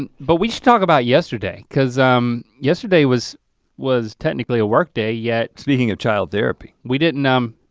and but we should talk about yesterday cause um yesterday was was technically a work day, yet speaking of child therapy. we didn't, um